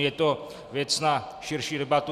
Je to věc na širší debatu.